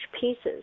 pieces